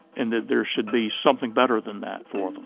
and that there should be something better than that for